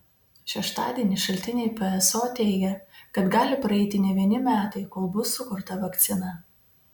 šeštadienį šaltiniai pso teigė kad gali praeiti ne vieni metai kol bus sukurta vakcina